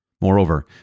Moreover